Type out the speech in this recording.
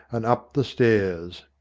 and up the stairs.